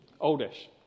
old-ish